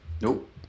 Nope